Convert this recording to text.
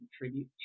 contribute